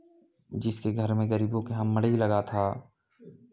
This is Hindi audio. जिसके घर गरीबों के यहाँ मढ़ई लगा था